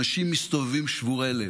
אנשים מסתובבים שבורי לב.